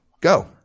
Go